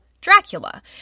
Dracula